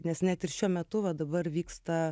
nes net ir šiuo metu va dabar vyksta